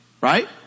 Right